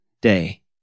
day